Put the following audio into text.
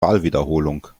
wahlwiederholung